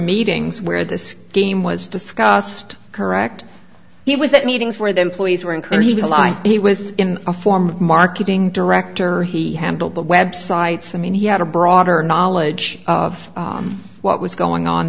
meetings where this game was discussed correct he was at meetings where the employees were unclear he was like he was in a form of marketing director he handled the websites i mean he had a broader knowledge of what was going on